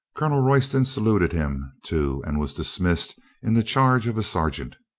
colonel royston saluted him, too, and was dis missed in the charge of a sergeant.